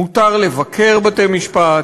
מותר לבקר בתי-משפט,